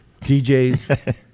DJs